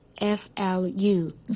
F-L-U